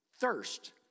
thirst